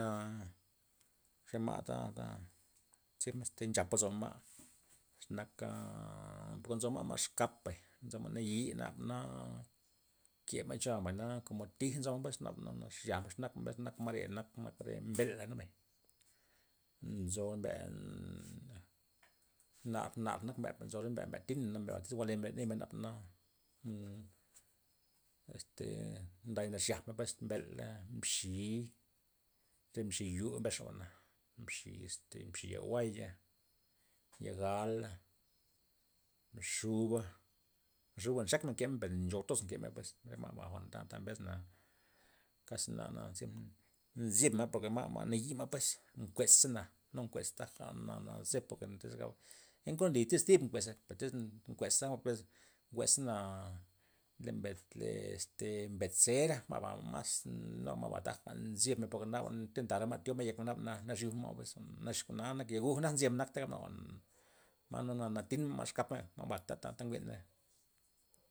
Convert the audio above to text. A xe ma' ta- ta che men ata nchat lozomen ma', xe naka po nzo ma' ma'exkap bay, nzoma' nayi na nab ke ma'y ncho'a mbay na komo tij nzon pues nab- naba nax yaj'na mber ma're nak ma re mbela' mbay, nzo mbea' nar- nar nak mbea' pues nzo mbea- mbea' nati'na iz jwa'le mbel nimen nabana nnn- este day nax yajmen pues mbela', mxi'i, re mxi'i yu' mbes xabana, mxi' este mxi'i le jwua'ya, ya gala, mxuba', mxuba' nxekmen nkey per nchou toza nke ma'y pues re ma' ba jwa'n ta- ta mbesna kasi na- na nzyeb- nzyebna porke ma'-ma' nayi ma'pues, mkueza'na nu mkuez taja na- na nzeb poke tiz gab, ngenkuanli iz zip nkuez per tiz nkueza, njwe'zana le bed le este bed zera' ma' ba mas nu ma'ba taja nzyebmen porke naba tyentara' ma' tyobma' yekmen naba na nax yubmen ma' pues nax jwa'na nak yaguj jwa'na nzyeb nakta ma' jwa'na nak yaguj ma' tinma' ma' exkap ma', ma bata ta njwi'n.